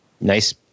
nice